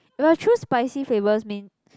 if I choose spicy flavours means